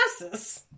glasses